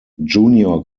junior